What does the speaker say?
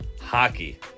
Hockey